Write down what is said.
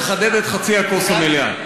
לחדד את מחצית הכוס הלא-מלאה,